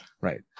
Right